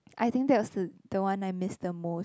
I think that was the the one I miss the most